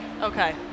Okay